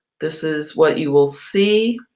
this is what you will see.